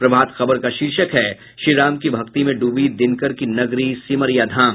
प्रभात खबर का शीर्षक है श्रीराम की भक्ति में डूबी दिनकर की नगरी सिमरिया धाम